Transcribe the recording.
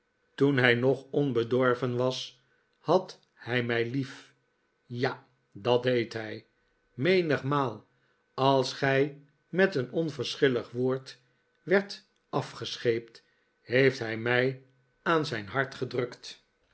toen hij nog onbedorven was had hij mij lief ja dat deed hij menigmaal als gij met een onverschillig woord werdt afgescheept heeft hij m ij aan zijn hart gedrukt